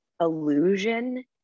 illusion